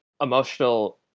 emotional